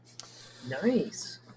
Nice